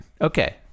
Okay